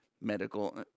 medical